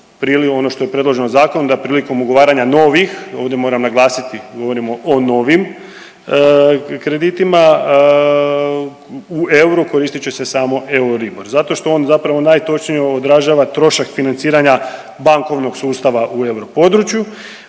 ono što je predloženo zakonom da prilikom ugovaranja novih ovdje moram naglasiti govorimo o novim kreditima u euru koristit će se samo EURIBOR zato što on zapravo najtočnije odražava trošak financiranja bankovnog sustava u europodručju,